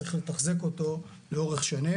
צריך לתחזק אותו לאורך שנים